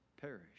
perish